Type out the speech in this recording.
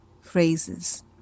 phrases